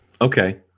Okay